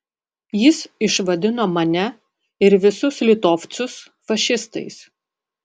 jis išvadino mane ir visus litovcus fašistais